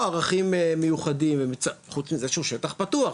ערכים מיוחדים חוץ מזה שהוא שטח פתוח,